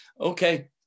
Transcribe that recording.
okay